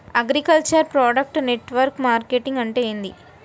Agriculture product network marketing అంటే ఏంది?